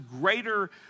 greater